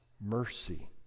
mercy